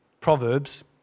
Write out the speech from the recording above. Proverbs